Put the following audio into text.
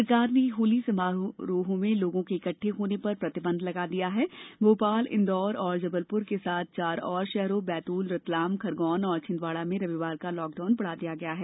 सरकार ने होली समारोह में लोगों के इकट्डे होने प्रतिबंध लगा दिया है तथा भोपाल इंदौर और जबलपुर के साथ चार और शहरों बैतूल रतलाम खरगोन और छिंदवाड़ा में रविवार का लॉकडाउन बढा दिया है